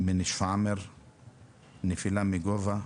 מ --- בנפילה מגובה,